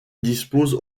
dispose